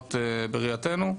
האמנות בראייתנו.